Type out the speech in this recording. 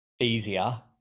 easier